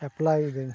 ᱮᱯᱞᱟᱭᱤᱫᱟᱹᱧ